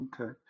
Okay